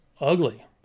ugly